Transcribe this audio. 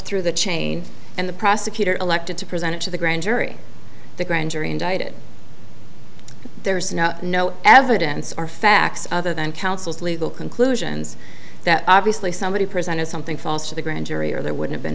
through the chain and the prosecutor elected to present it to the grand jury the grand jury indicted there's no evidence or facts other than counsel's legal conclusions that obviously somebody presented something false to the grand jury or there would've been